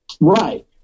Right